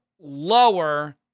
lower